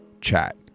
Chat